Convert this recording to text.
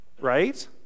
right